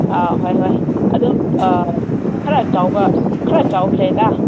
ꯑꯥ ꯍꯣꯏ ꯍꯣꯏ ꯑꯗꯨꯝ ꯈꯔ ꯆꯥꯎꯕ ꯈꯔ ꯆꯥꯎꯈ꯭ꯔꯦꯗ